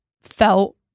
felt